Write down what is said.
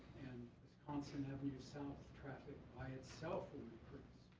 and wisconsin avenue south traffic by itself will increase.